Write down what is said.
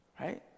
Right